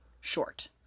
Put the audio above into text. short